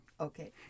Okay